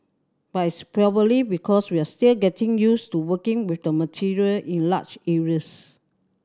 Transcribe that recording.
but it's probably because we are still getting used to working with the material in large areas